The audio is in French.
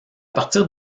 partir